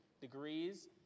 degrees